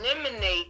eliminate